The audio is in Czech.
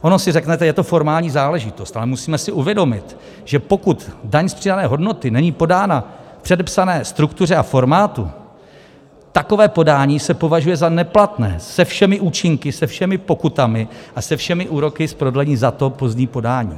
Ono si řeknete, je to formální záležitost, ale musíme si uvědomit, že pokud daň z přidané hodnoty není podána v předepsané struktuře a formátu, takové podání se považuje za neplatné, se všemi účinky, se všemi pokutami a se všemi úroky z prodlení za to pozdní podání.